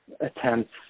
attempts